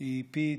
בישראל זה פי,